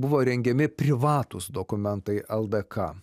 buvo rengiami privatūs dokumentai ldk